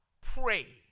pray